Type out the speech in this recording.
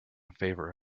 favor